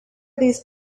these